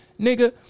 nigga